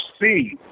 see